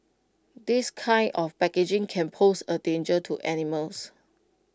this kind of packaging can pose A danger to animals